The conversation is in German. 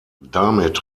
damit